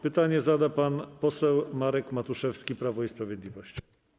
Pytanie zada pan poseł Marek Matuszewski, Prawo i Sprawiedliwość.